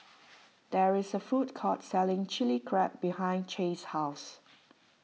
there is a food court selling Chilli Crab behind Chaz's house